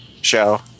show